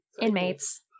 Inmates